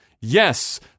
Yes